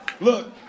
Look